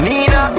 Nina